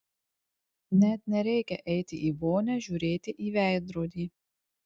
net nereikia eiti į vonią žiūrėti į veidrodį